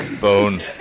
Bone